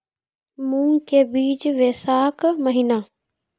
मूंग के बीज बैशाख महीना